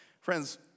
Friends